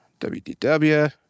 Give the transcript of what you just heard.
wdw